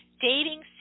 dating